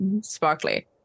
sparkly